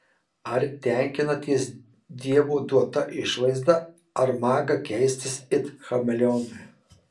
ar tenkinatės dievo duota išvaizda ar maga keistis it chameleonui